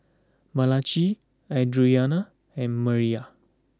Malachi Audriana and Amiyah